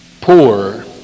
poor